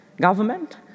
government